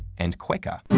and quechua,